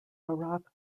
barak